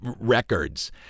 records